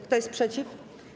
Kto jest przeciw?